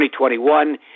2021